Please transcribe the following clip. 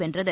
வென்றது